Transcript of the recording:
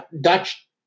dutch